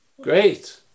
Great